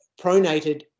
pronated